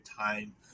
time